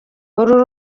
uru